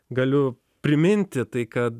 galiu priminti tai kad